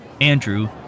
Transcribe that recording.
Andrew